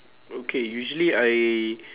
okay usually I